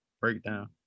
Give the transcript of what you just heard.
breakdown